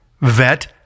vet